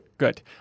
good